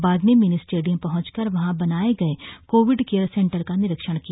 बाद में mini stadium पहंचकर वहां बनाए गए कोविड केयर सेंटर का निरीक्षण किया